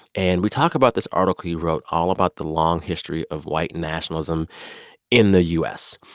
and we talk about this article he wrote all about the long history of white nationalism in the u s.